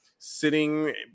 Sitting